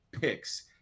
picks